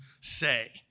say